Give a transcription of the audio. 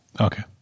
Okay